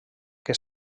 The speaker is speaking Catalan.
que